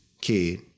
kid